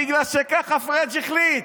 בגלל שככה פריג' החליט.